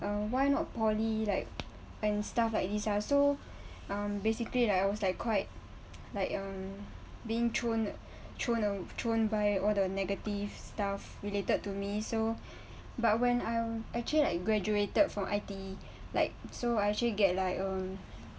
um why not poly like and stuff like this lah so um basically like I was like quite like um being thrown thrown thrown by all the negative stuffs related to me so but when I'm actually like graduated from I_T_E like so I actually get like um